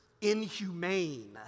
inhumane